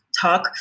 talk